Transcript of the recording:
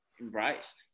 embraced